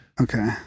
Okay